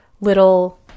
little